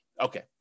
okay